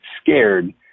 scared